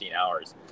hours